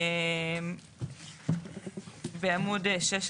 זה נמצא בעמוד 16